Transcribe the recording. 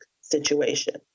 situation